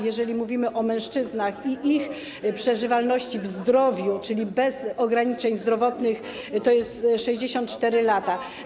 Jeżeli mówimy o mężczyznach i ich przeżywalności w zdrowiu, czyli bez ograniczeń zdrowotnych, to są to 64 lata.